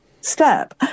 step